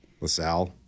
LaSalle